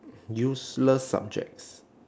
useless subjects